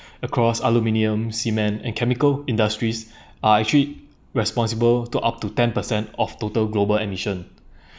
across aluminium cement and chemical industries are actually responsible to up to ten percent of total global emission